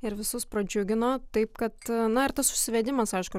ir visus pradžiugino taip kad na ir tas užsivedimas aišku